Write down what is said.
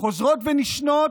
חוזרות ונשנות,